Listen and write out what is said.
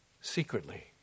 secretly